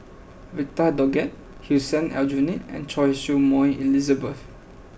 Victor Doggett Hussein Aljunied and Choy Su Moi Elizabeth